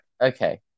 okay